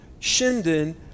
Shinden